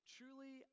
Truly